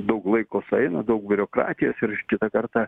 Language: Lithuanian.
daug laiko sueina daug biurokratijos ir kitą kartą